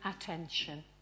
attention